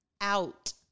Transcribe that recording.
out